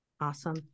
Awesome